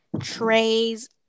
trays